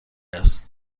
است